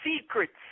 Secrets